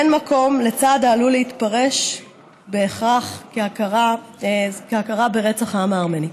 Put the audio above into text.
אין מקום לצעד העלול להתפרש בהכרח כהכרה ברצח עם הארמני.